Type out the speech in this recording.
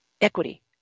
equity